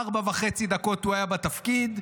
ארבע וחצי דקות הוא היה בתפקיד,